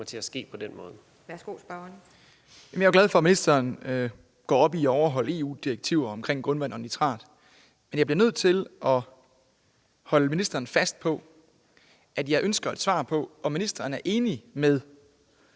Christian Rabjerg Madsen (S): Jeg er glad for, at ministeren går op i at overholde EU-direktiver om grundvand og nitrat. Men jeg bliver nødt til at holde ministeren fast på, at jeg ønsker svar på, om ministeren er enig med